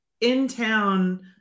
in-town